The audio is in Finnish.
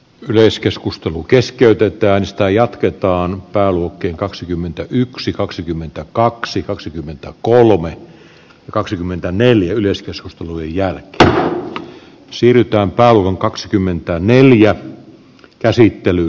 yleiskeskustelu keskeytetään tai jatketaan pääluokkiin kaksikymmentäyksi kaksikymmentäkaksi kaksikymmentäkolme kaksikymmentäneljä ylös jos kuluja että siirrytään pääluvun kaksikymmentäneljä käsittely